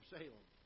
Salem